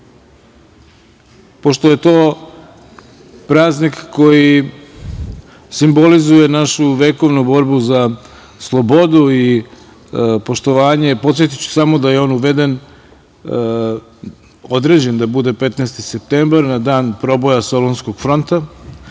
je to praznik koji simbolizuje našu vekovnu borbu za slobodu i poštovanje, podsetiću samo da je on određen da bude 15. septembar, na dan proboja Solunskog fronta,